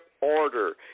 order